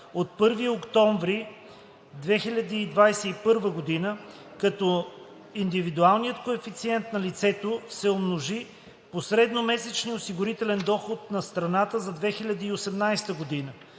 от 1 октомври 2021 г., като индивидуалният коефициент на лицето се умножи по средномесечния осигурителен доход за страната за 2018 г.,